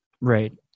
Right